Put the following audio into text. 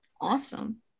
Awesome